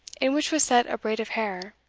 in which was set a braid of hair,